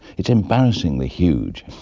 it's embarrassingly huge,